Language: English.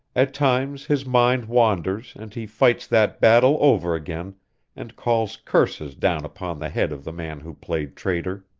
at times his mind wanders and he fights that battle over again and calls curses down upon the head of the man who played traitor!